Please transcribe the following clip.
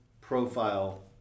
profile